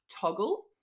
Toggle